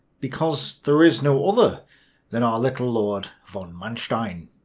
because there is no other than our little lord von manstein.